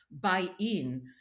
buy-in